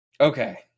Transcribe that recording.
Okay